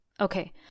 Okay